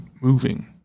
moving